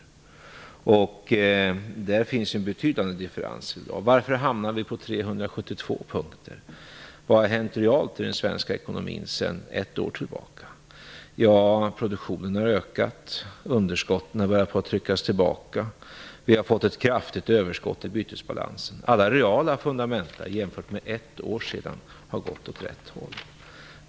Där finns det en betydande differens i dag. Varför hamnar vi på 372 punkter? Och vad har hänt realt i den svenska ekonomin sedan ett år tillbaka? Ja, produktionen har ökat, underskotten har börjat tryckas tillbaka och vi har fått ett kraftigt överskott i bytesbalansen. Alla reala fundamenta jämfört med för ett år sedan har gått åt rätt håll.